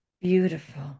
Beautiful